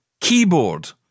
keyboard